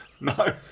No